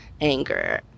anger